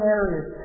areas